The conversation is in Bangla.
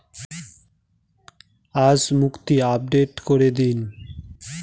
আজ মুক্তি আপডেট করে দিন